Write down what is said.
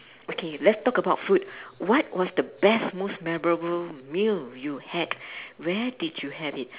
okay let's talk about food what was the best most memorable meal you had where did you have it